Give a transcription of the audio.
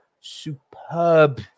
superb